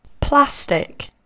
Plastic